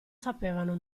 sapevano